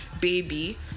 baby